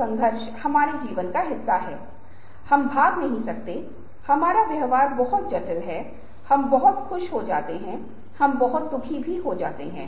दूर है भले ही आप अख़बार और टेलीविज़न को देख रहे हों जब हम टेलीविज़न की रिपोर्टों और अख़बारों के पत्रकारों के कड़े रंग और नाटक के माध्यम से कुछ देखते हैं